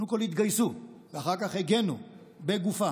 קודם כול התגייסו ואחר כך הגנו בגופם